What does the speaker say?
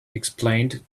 explained